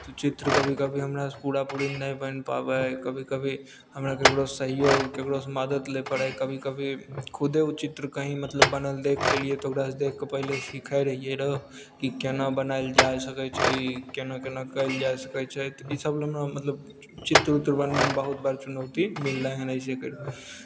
तऽ चित्र कभी कभी हमरासँ पूरा पूरी नहि बनि पाबै हइ कभी कभी हमरा ककरो सहयोग ककरोसँ मदद लय पड़ै कभी कभी खुदे ओ चित्र कहीं मतलब बनल देख लेलियै तऽ ओकरासँ देखि कऽ पहिले सीखै रहियै रहए ई केना बनायल जाय सकै छै ई केना केना कयल जा सकै छै तऽ ईसब लेल हमरा मतलब चित्र उत्र बनबैमे बहुत बड़ा चुनौती मिललै हन अइसे कर